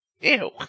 Ew